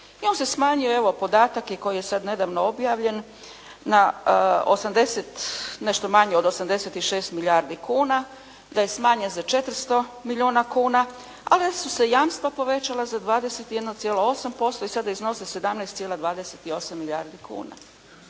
I on se smanjuje, evo podatak je koji je sad nedavno objavljen na 80, nešto manje od 86 milijardi kuna da je smanjen za 400 milijuna kuna, a da su se jamstva povećala za 21,8% i sada iznose 17,28 milijardi kuna.